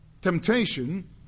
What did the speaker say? temptation